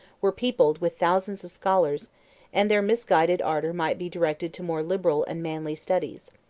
were peopled with thousands of scholars and their misguided ardor might be directed to more liberal and manly studies.